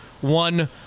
one